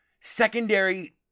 secondary